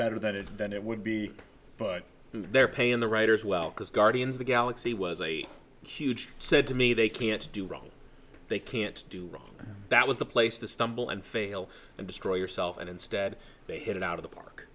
better than it than it would be but they're paying the writers well because guardians the galaxy was a huge said to me they can't do wrong they can't do that was the place to stumble and fail and destroy yourself and instead they hit it out of the park